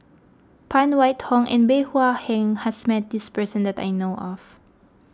Phan Wait Hong and Bey Hua Heng has met this person that I know of